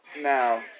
Now